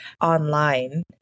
online